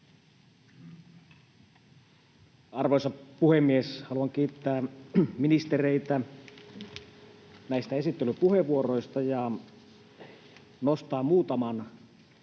Arvoisa puhemies! Haluan kiittää ministereitä näistä esittelypuheenvuoroista ja nostaa esille